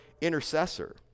intercessor